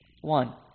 one